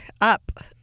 up